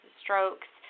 strokes